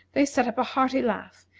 they set up a hearty laugh,